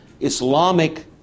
Islamic